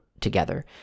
together